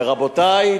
ורבותי,